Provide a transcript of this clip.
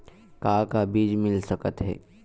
का का बीज मिल सकत हे?